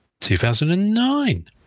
2009